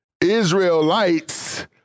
Israelites